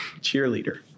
Cheerleader